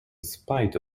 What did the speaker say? spite